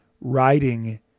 writing